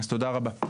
אז תודה רבה.